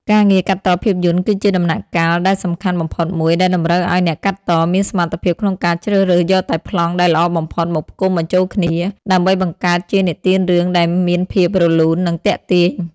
ការងារកាត់តភាពយន្តគឺជាដំណាក់កាលដែលសំខាន់បំផុតមួយ ដែលតម្រូវឱ្យអ្នកកាត់តមានសមត្ថភាពក្នុងការជ្រើសរើសយកតែប្លង់ដែលល្អបំផុតមកផ្គុំបញ្ចូលគ្នាដើម្បីបង្កើតជានិទានរឿងដែលមានភាពរលូន និងទាក់ទាញ។